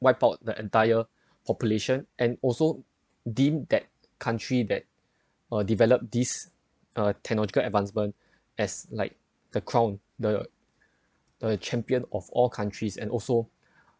swipe out the entire population and also deemed that country that uh develop this uh technological advancement as like the crown the the champion of all countries and also